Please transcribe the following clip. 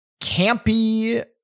campy